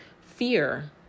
Fear